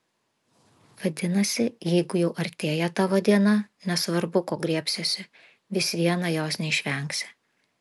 vadinasi jeigu jau artėja tavo diena nesvarbu ko griebsiesi vis viena jos neišvengsi